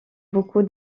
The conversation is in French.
beaucoup